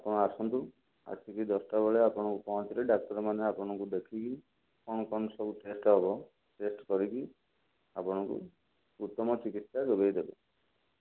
ଆପଣ ଆସନ୍ତୁ ଆସିକି ଦଶଟାବେଳେ ଆପଣ ପହଞ୍ଚିଲେ ଡାକ୍ତରମାନେ ଆପଣଙ୍କୁ ଦେଖିକି କ'ଣ କ'ଣ ସବୁ ଟେଷ୍ଟ ହେବ ଟେଷ୍ଟ କରିକି ଆପଣଙ୍କୁ ଉତ୍ତମ ଚିକିତ୍ସା ଯୋଗେଇଦେବେ